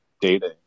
data